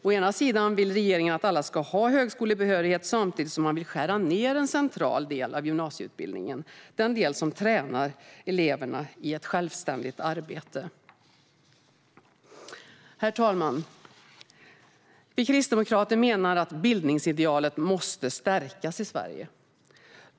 Å ena sidan vill regeringen att alla ska ha högskolebehörighet samtidigt som man vill skära ned på en central del av gymnasieutbildningen, den del som tränar elever i självständigt arbete. Herr talman! Vi kristdemokrater menar att bildningsidealet måste stärkas i Sverige.